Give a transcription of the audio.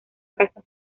casa